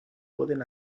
pueden